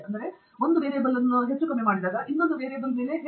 ಆದ್ದರಿಂದ ಇದು ಕೇವಲ ಡೇಟಾ ಆದರೆ ಏಕೆ ಹೆಚ್ಚುತ್ತಿದೆ ಎಂಬುದು ಸಂಶೋಧನೆಯು ಎಲ್ಲದರ ಬಗ್ಗೆ